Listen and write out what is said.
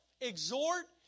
Exhort